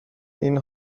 این